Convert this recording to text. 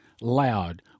loud